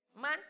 Man